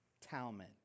Talmud